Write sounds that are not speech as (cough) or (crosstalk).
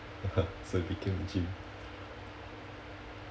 (laughs) so you became a gym